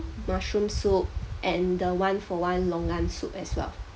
mushroom soup and the one-for-one longan soup as well